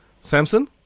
Samson